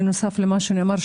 בנוסף למה שנאמר,